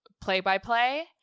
play-by-play